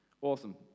Awesome